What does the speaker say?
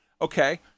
Okay